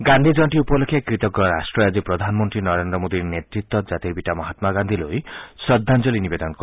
গান্ধী জয়ন্তী উপলক্ষে কৃতজ্ঞ ৰট্টই আজি প্ৰধানমন্তী নৰেন্দ্ৰ মোডীৰ নেতৃত্বত জাতিৰ পিতা মহামা গান্ধীলৈ শ্ৰদ্ধাঞ্জলি নিৱেদন কৰিব